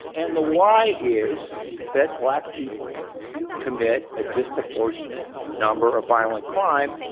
and the why is that black people commit a disproportionate number of violent crime,